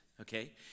okay